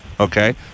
Okay